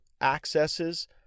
accesses